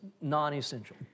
non-essential